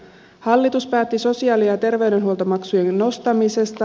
hallitus päätti sosiaali ja terveydenhuoltomaksujen nostamisesta